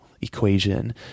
equation